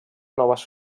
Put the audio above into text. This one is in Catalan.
noves